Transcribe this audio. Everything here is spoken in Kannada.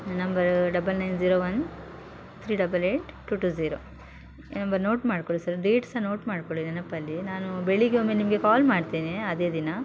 ನನ್ನ number double nine zero one three double eight two two zero ಈ ನಂಬರ್ ನೋಟ್ ಮಾಡಿಕೊಳ್ಳಿ ಸರ್ ಡೇಟ್ ಸಹ ನೋಟ್ ಮಾಡಿಕೊಳ್ಳಿ ನೆನಪಲ್ಲಿ ನಾನು ಬೆಳಗ್ಗೆ ಒಮ್ಮೆ ನಿಮಗೆ ಕಾಲ್ ಮಾಡ್ತೇನೆ ಅದೇ ದಿನ